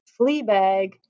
Fleabag